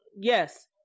Yes